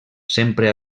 sempre